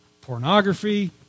pornography